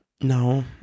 No